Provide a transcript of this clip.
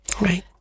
Right